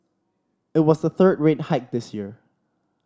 it was the third rate hike this year